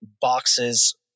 boxes